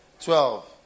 Twelve